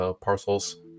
parcels